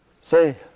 say